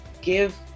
give